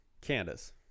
Candace